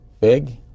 Big